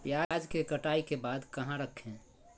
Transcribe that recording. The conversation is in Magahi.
प्याज के कटाई के बाद कहा रखें?